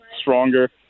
stronger